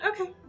Okay